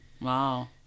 Wow